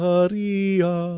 Maria